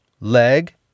Leg